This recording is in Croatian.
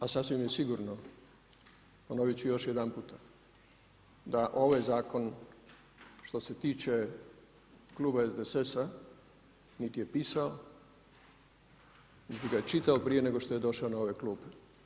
A sasvim je sigurno ponovit ću još jedanputa da ovaj zakon što se tiče kluba SDSS-a niti je pisao niti ga je čitao prije nego što je došao na ove klupe.